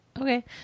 Okay